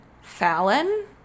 fallon